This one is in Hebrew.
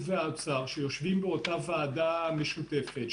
והאוצר שיושבים באותה ועדה משותפת,